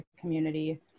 community